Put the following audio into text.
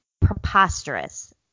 preposterous